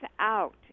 out